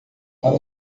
para